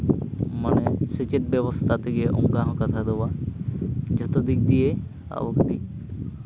ᱢᱟᱱᱮ ᱥᱮᱪᱮᱫ ᱵᱮᱵᱚᱥᱛᱷᱟ ᱛᱮᱜᱮ ᱚᱱᱠᱟ ᱦᱚᱸ ᱠᱟᱛᱷᱟ ᱫᱚ ᱵᱟᱝ ᱡᱷᱚᱛᱚ ᱫᱤᱠ ᱫᱤᱭᱮ ᱟᱵᱚ ᱠᱟᱹᱴᱤᱡ